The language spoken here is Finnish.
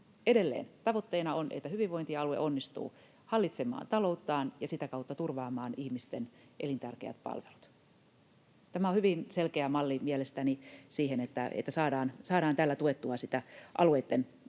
Edelleen tavoitteena on, että hyvinvointialue onnistuu hallitsemaan talouttaan ja sitä kautta turvaamaan ihmisten elintärkeät palvelut. Tämä on mielestäni hyvin selkeä malli siihen, että saadaan tällä tuettua sitä alueitten